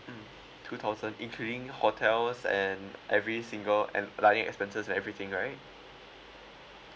mm two thousand including hotels and every single and expenses and everything right